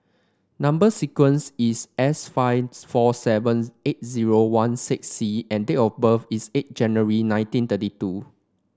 number sequence is S five four seven eight zero one six C and date of birth is eight January nineteen thirty two